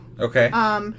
Okay